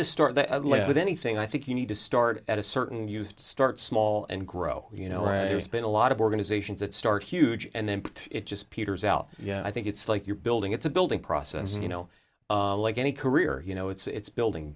to start with anything i think you need to start at a certain used start small and grow you know where there's been a lot of organizations that start huge and then it just peters out yeah i think it's like you're building it's a building process you know like any career you know it's building